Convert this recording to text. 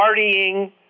partying